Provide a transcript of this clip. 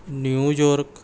New York